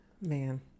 man